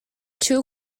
too